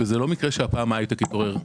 וזה לא מקרה שההייטק התעורר,